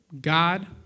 God